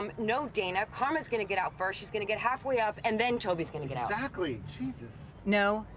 um no dana. k'harma's gonna get out first, she's gonna get halfway up, and then toby's gonna get out. exactly, jesus. no,